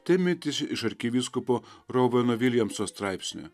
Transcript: tai mintis iš arkivyskupo robeno viljamso straipsnio